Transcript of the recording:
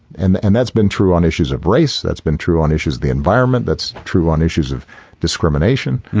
and and that's been true on issues of race. that's been true on issues. the environment. that's true on issues of discrimination.